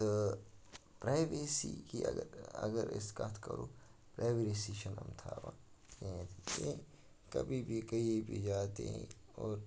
تہٕ پرٛایویسی کی اگر اگر أسۍ کَتھ کَرو پرٛایویسی چھِنہٕ یِم تھاوان کِہیٖنۍ تہِ کِہیٖنۍ کبھی بھی کہیں جاتے ہے اور